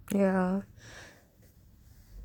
ya